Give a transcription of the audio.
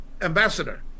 ambassador